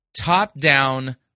top-down